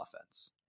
offense